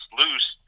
loose